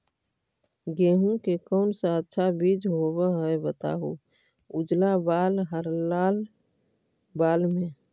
गेहूं के कौन सा अच्छा बीज होव है बताहू, उजला बाल हरलाल बाल में?